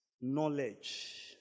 knowledge